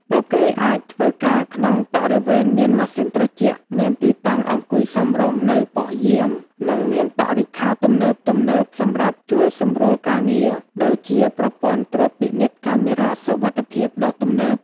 ពួកគេអាចធ្វើការក្នុងបរិវេណមានម៉ាស៊ីនត្រជាក់ មានទីតាំងអង្គុយសមរម្យនៅប៉ុស្តិ៍យាម និងមានបរិក្ខារទំនើបៗសម្រាប់ជួយសម្រួលការងារ ដូចជាប្រព័ន្ធត្រួតពិនិត្យកាមេរ៉ាសុវត្ថិភាពដ៏ទំនើប។